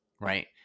right